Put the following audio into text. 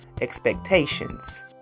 expectations